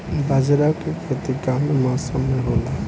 बाजरा के खेती कवना मौसम मे होला?